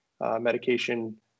medication